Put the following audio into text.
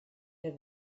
der